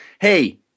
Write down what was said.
Hey